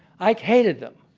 ike hated them.